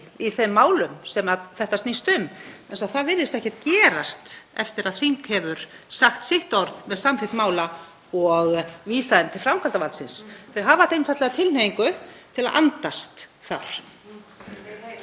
í þeim málum sem þetta snýst um, vegna þess að það virðist ekkert gerast eftir að þing hefur sagt sitt orð með samþykkt mála og vísað þeim til framkvæmdarvaldsins. Þau hafa einfaldlega tilhneigingu til að andast þar. (Gripið fram